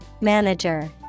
Manager